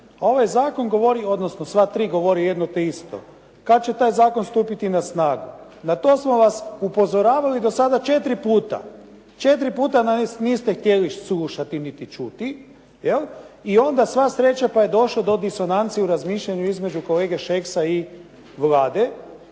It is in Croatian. ovaj zakon govori, odnosno sva tri govori jedno te isto kad će taj zakon stupiti na snagu. Na to smo vas upozoravali do sada četiri puta. Četiri puta nas niste htjeli slušati niti čuti i onda sva sreća pa je došlo do disonanci u razmišljanju između kolege Šeksa i Vlade